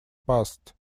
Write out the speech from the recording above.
past